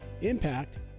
Impact